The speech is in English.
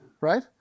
right